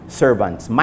servants